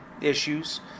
issues